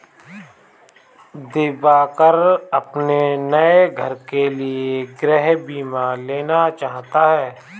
दिवाकर अपने नए घर के लिए गृह बीमा लेना चाहता है